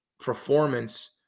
performance